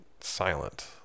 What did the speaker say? silent